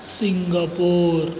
Singapore